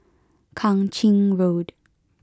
Kang Ching Road